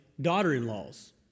daughter-in-laws